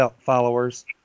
followers